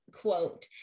quote